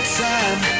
time